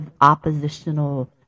oppositional